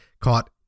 caught